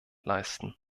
leisten